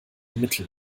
mittel